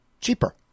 cheaper